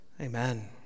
Amen